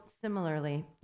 similarly